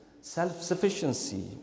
self-sufficiency